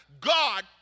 God